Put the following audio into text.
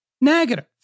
negative